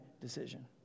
decision